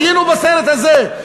היינו בסרט הזה.